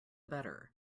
better